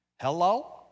Hello